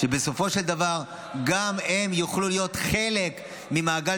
כדי שבסופו של דבר גם הם יוכלו להיות חלק ממעגל